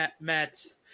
Mets